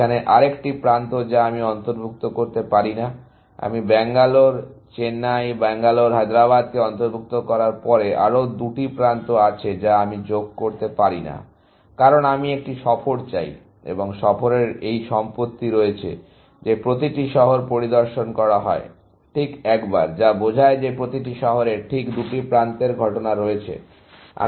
এখানে আরেকটি প্রান্ত যা আমি অন্তর্ভুক্ত করতে পারি না আমি ব্যাঙ্গালোর চেন্নাই এবং ব্যাঙ্গালোর হায়দ্রাবাদকে অন্তর্ভুক্ত করার পরে আরও দুটি প্রান্ত আছে যা আমি যোগ করতে পারি না কারণ আমি একটি সফর চাই এবং সফরের এই সম্পত্তি রয়েছে যে প্রতিটি শহর পরিদর্শন করা হয় ঠিক একবার যা বোঝায় যে প্রতিটি শহরে ঠিক দুটি প্রান্তের ঘটনা রয়েছে